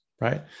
right